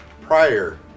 prior